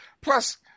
Plus